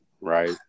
right